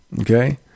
Okay